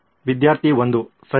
ವಿದ್ಯಾರ್ಥಿ 1 ಸರಿ